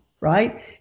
right